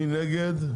מי נגד?